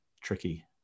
tricky